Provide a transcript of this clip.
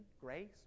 grace